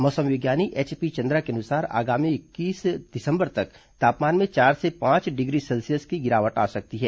मौसम विज्ञानी एचपी चंद्रा के अनुसार आगामी इक्कीस दिसंबर तक तापमान में चार से पांच डिग्री सेल्सियस की गिरावट आ सकती है